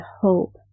hope